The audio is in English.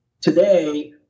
today